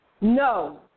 No